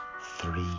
Three